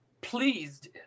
pleased